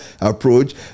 approach